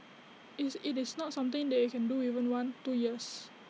it's IT is not something that you can do within one two years